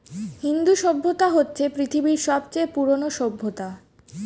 হিন্দু সভ্যতা হচ্ছে পৃথিবীর সবচেয়ে পুরোনো সভ্যতা